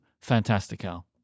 Fantastical